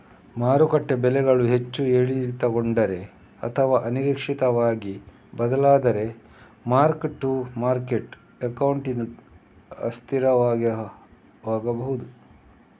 ಮಾರುಕಟ್ಟೆ ಬೆಲೆಗಳು ಹೆಚ್ಚು ಏರಿಳಿತಗೊಂಡರೆ ಅಥವಾ ಅನಿರೀಕ್ಷಿತವಾಗಿ ಬದಲಾದರೆ ಮಾರ್ಕ್ ಟು ಮಾರ್ಕೆಟ್ ಅಕೌಂಟಿಂಗ್ ಅಸ್ಥಿರವಾಗಬಹುದು